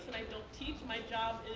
don't teach, my job